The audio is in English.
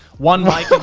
one light but